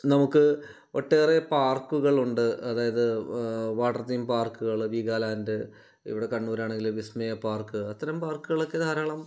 നമുക്ക് ഒട്ടേറെ പാർക്കുകളുണ്ട് അതായത് വാട്ടർ തീം പാർക്കുകൾ വീഗാലാൻഡ് ഇവിടെ കണ്ണൂരാണെങ്കിലും വിസ്മയ പാർക്ക് അത്തരം പാർക്കുകളൊക്കെ ധാരാളം